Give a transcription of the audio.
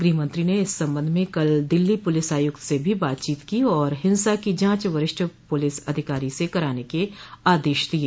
गृहमंत्री ने इस संबंध में कल दिल्ली पुलिस आयुक्त से भी बातचीत की और हिंसा की जांच वरिष्ठ पुलिस अधिकारी से कराने के आदेश दिये